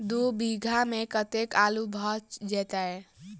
दु बीघा मे कतेक आलु भऽ जेतय?